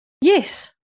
Yes